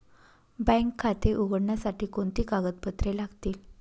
Bank खाते उघडण्यासाठी कोणती कागदपत्रे लागतील?